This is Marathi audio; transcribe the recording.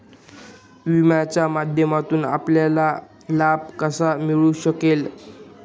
विम्याच्या माध्यमातून आपल्याला लाभ कसा मिळू शकेल?